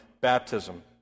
baptism